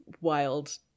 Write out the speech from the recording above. wild